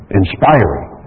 inspiring